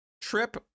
trip